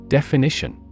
Definition